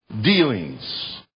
dealings